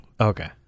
Okay